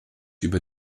über